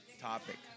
topic